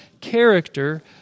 character